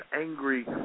angry